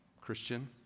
Christian